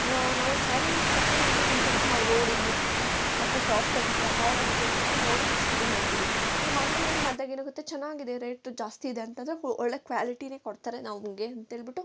ನಾವು ಸ್ಯಾರಿನ ಶಾಪಿಂಗ್ ಮಾಡ್ಬೇಕಂತೆಂದ್ರೆ ನಾವು ನೋಡಿ ಮುಟ್ಟಿ ಬಟ್ಟೆ ಸಾಫ್ಟಾಗಿದೆಯಾ ಹಾರ್ಡಾಗಿದೆಯಾ ಅಂತೆಲ್ಲ ನೋಡಿ ಶಾಪಿಂಗ್ ಮಾಡ್ತೀವಿ ಈ ಹಾನ್ಲೈನಲ್ಲಿ ಮಾಡ್ದಾಗ ಏನಾಗುತ್ತೆ ಚೆನ್ನಾಗಿದೆ ರೇಟು ಜಾಸ್ತಿ ಇದೆ ಅಂತೆಂದ್ರೆ ಕು ಒಳ್ಳೆ ಕ್ವಾಲಿಟಿನೇ ಕೊಡ್ತಾರೆ ನಮಗೆ ಅಂಥೇಳ್ಬಿಟ್ಟು